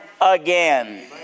again